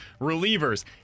Relievers